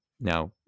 Now